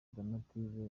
donatille